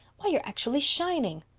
why, you're actually shining!